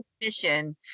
mission